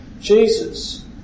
Jesus